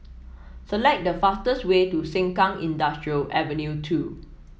select the fastest way to Sengkang Industrial Avenue two